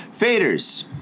Faders